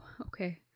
okay